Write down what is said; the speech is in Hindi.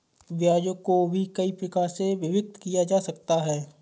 ब्याजों को भी कई प्रकार से विभक्त किया जा सकता है